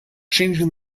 changing